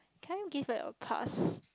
can I give it a pass